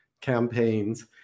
campaigns